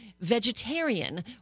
vegetarian